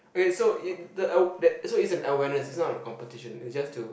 okay so it so it's an awareness it's not a competition is just to